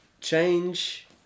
change